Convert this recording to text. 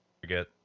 forget